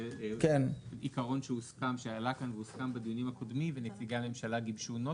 זה עיקרון שעלה כאן והוסכם בדיונים הקודמים ונציגי הממשלה גיבשו נוסח.